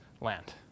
land